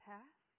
Pass